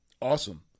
Awesome